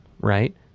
right